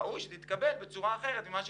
ראוי שההחלטה תתקבל בצורה אחרת ממה שנעשה.